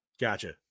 Gotcha